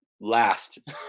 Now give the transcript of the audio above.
last